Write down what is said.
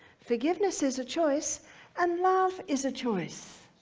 forgiveness is a choice and love is a choice.